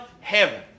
heaven